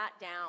down